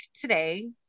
today